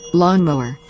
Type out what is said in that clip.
lawnmower